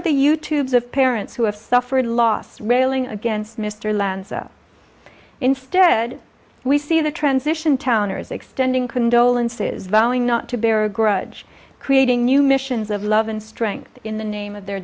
are the you tube the parents who have suffered loss railing against mr lanza instead we see the transition towner's extending condolences valley not to bear a grudge creating new missions of love and strength in the name of their